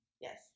Yes